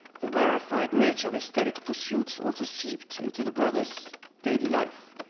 the rarefied nature of aesthetic pursuits also seeped into the brothers' daily life.